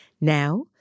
Now